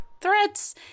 threats